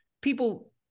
people